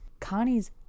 Connie's